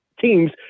teams